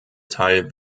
teil